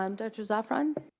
um dr. zaafran.